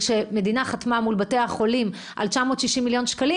כשהמדינה חתמה מול בתי החולים על 960 מיליון שקלים